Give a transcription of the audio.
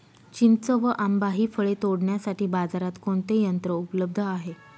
चिंच व आंबा हि फळे तोडण्यासाठी बाजारात कोणते यंत्र उपलब्ध आहे?